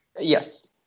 Yes